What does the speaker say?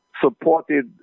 supported